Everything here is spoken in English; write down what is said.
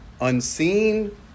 unseen